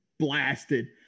blasted